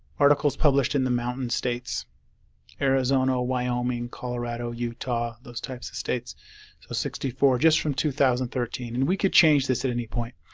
articles published in the mountain states arizona, wyoming, colorado, utah, those types of states. so sixty four just from two thousand and thirteen, and we could change this at any point.